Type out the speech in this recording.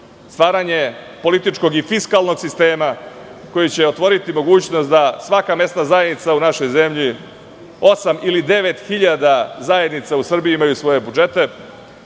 staranje političkog i fiskalnog sistema koji će otvoriti mogućnost da svaka mesna zajednica u našoj zemlji osam ili devet hiljada zajednica u Srbiji imaju svoje budžete,